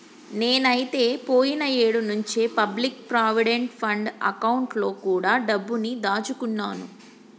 నేనైతే పోయిన ఏడు నుంచే పబ్లిక్ ప్రావిడెంట్ ఫండ్ అకౌంట్ లో కూడా డబ్బుని దాచుకున్నాను